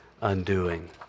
undoing